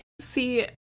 See